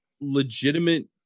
legitimate